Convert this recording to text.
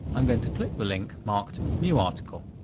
i'm going to click the link marked new article.